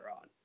on